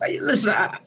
Listen